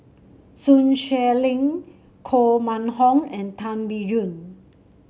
Sun Xueling Koh Mun Hong and Tan Biyun